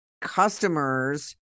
customers